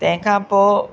तंहिंखां पोइ